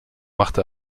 machte